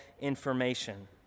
information